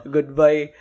Goodbye